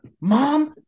mom